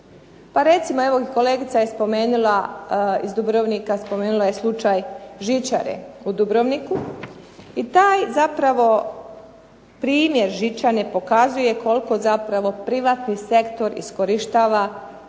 Pa recimo, evo kolegica je spomenula iz Dubrovnika spomenula je slučaj žičare u Dubrovniku i taj zapravo primjer žičare pokazuje koliko zapravo privatni sektor iskorištava lokalne